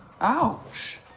Ouch